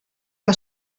que